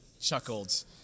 chuckled